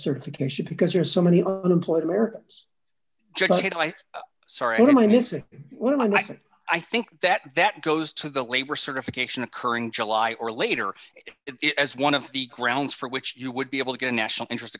certification because there are so many unemployed americans sorry did i miss it when i said i think that that goes to the labor certification occurring july or later it as one of the grounds for which you would be able to get a national interest